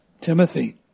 Timothy